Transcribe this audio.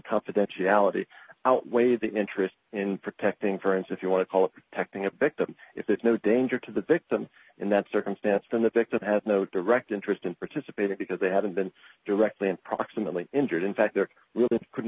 confidentiality outweighs the interest in protecting friends if you want to call it protecting a victim if there's no danger to the victim in that circumstance then the victim has no direct interest in participating because they haven't been directly and proximately injured in fact there really couldn't